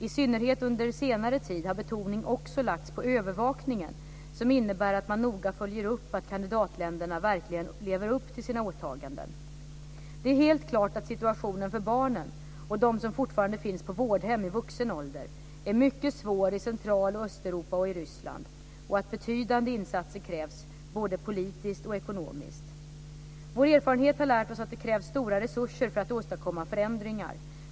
I synnerhet under senare tid har betoning också lagts på övervakningen, som innebär att man noga följer upp att kandidatländerna verkligen lever upp till sina åtaganden. Det är helt klart att situationen för barnen och de som fortfarande finns på vårdhemmen i vuxen ålder är mycket svår i Central och Östeuropa och i Ryssland, och att betydande insatser krävs, både politiskt och ekonomiskt. Vår erfarenhet har lärt oss att det krävs stora resurser för att åstadkomma förändringar.